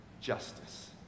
Justice